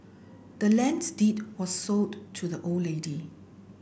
the land's deed was sold to the old lady